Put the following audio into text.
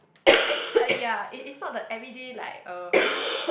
I !aiya! it it's not the everyday like uh